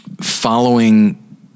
following